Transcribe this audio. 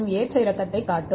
ஏற்ற இறக்கத்தைத் காட்டும்